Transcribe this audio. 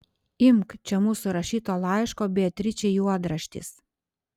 imk čia mūsų rašyto laiško beatričei juodraštis